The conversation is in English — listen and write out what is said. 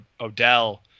Odell